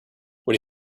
what